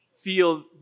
feel